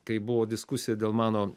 kai buvo diskusija dėl mano